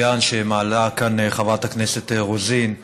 של החוק המצוין שמעלה כאן חברת הכנסת רוזין,